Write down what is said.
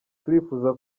turifuza